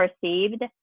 perceived